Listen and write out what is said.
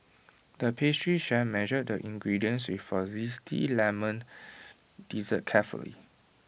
the pastry chef measured the ingredients for Zesty Lemon Dessert carefully